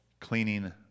cleaning